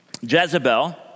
Jezebel